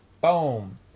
Boom